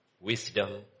wisdom